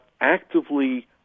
actively